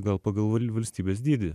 gal pagal val valstybės dydį